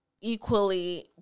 equally